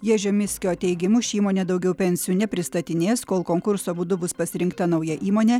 ježio miskio teigimu ši įmonė daugiau pensijų nepristatinės kol konkurso būdu bus pasirinkta nauja įmonė